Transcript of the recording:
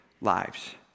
lives